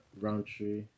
Roundtree